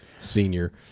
senior